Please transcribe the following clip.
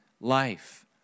life